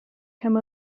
come